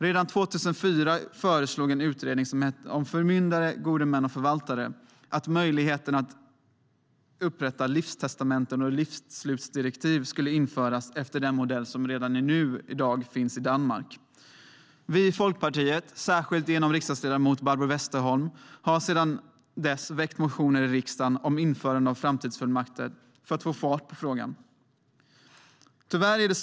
Redan 2004 föreslog en utredning om förmyndare, gode män och förvaltare att möjligheten att upprätta livstestamenten och livsslutsdirektiv skulle införas efter den modell som redan i dag finns i Danmark. Vi i Folkpartiet har, särskilt genom riksdagsledamot Barbro Westerholm, sedan dess väckt motioner i riksdagen om införande av framtidsfullmakter för att få fart på frågan.